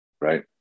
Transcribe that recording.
Right